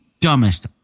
dumbest